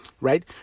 right